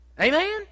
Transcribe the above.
amen